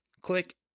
click